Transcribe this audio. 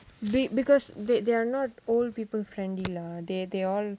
be~ because they they are not old people friendly lah they they all